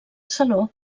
saló